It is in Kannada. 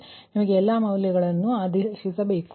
ಆದ್ದರಿಂದ ನೀವು ಎಲ್ಲಾ ಮೌಲ್ಯಗಳನ್ನು ಸಬ್ಸ್ ಟ್ಯೂಟ್ ಮಾಡಬೇಕು